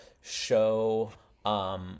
show –